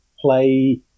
play